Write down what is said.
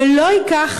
ולא ייקח,